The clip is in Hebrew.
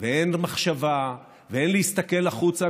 ואין מחשבה ואין להסתכל החוצה.